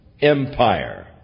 empire